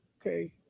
okay